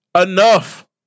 enough